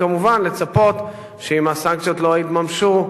וכמובן לצפות שאם הסנקציות לא יתממשו,